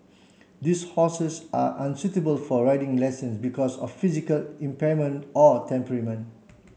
these horses are unsuitable for riding lessons because of physical impairment or temperament